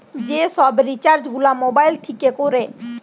যে সব রিচার্জ গুলা মোবাইল থিকে কোরে